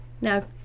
Now